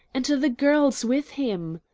and the girl's with him!